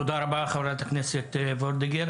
תודה רבה חברת הכנסת וולדיגר.